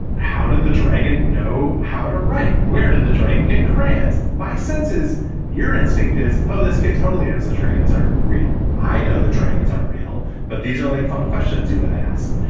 how did the dragon know how to write? where did the dragon get quran's? my sense is your instinct is, oh, this kid totally has the dragons are real. i know the dragons are real, but these are like fun questions you would and ask.